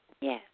Yes